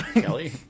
Kelly